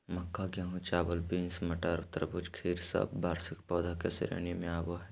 मक्का, गेहूं, चावल, बींस, मटर, तरबूज, खीर सब वार्षिक पौधा के श्रेणी मे आवो हय